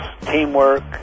teamwork